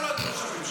אבל לא את ראש הממשלה.